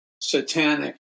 satanic